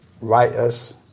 writers